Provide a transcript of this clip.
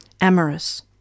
amorous